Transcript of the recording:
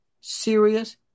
serious